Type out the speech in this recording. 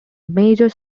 major